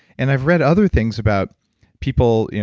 and i've read other things about people you know